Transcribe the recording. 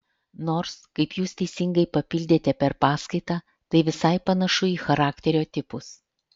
nors kaip jūs teisingai papildėte per paskaitą tai visai panašu į charakterio tipus